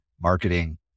marketing